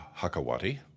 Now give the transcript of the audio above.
Hakawati